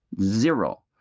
zero